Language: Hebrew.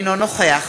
אינו נוכח